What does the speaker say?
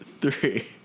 three